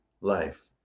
life